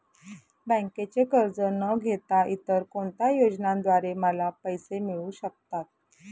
बँकेचे कर्ज न घेता इतर कोणत्या योजनांद्वारे मला पैसे मिळू शकतात?